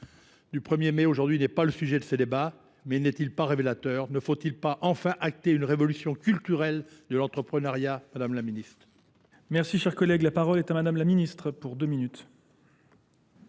du 1er mai aujourd'hui n'est pas le sujet de ces débats, mais n'est-il pas révélateur ? Ne faut-il pas enfin acter une révolution culturelle de l'entrepreneuriat, madame la ministre ? Merci, cher collègue. La parole est à madame la ministre pour deux minutes.